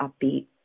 upbeat